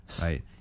right